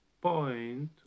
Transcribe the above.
point